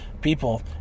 people